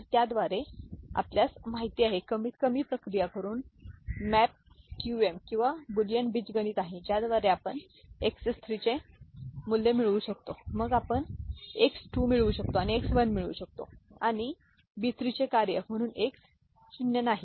तर त्याद्वारे आमच्यास आपल्यास माहिती आहे कमीतकमी प्रक्रिया करुनो मॅप क्यूएम किंवा बुलियन बीजगणित आहे ज्याद्वारे आपण एक्स 3 चे मूल्य मिळवू शकतो मग आपण एक्स 2 मिळवू शकतो आणि एक्स 1 मिळवू शकतो आणिB3 चे कार्य म्हणून एक्स शून्य नाही